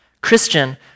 Christian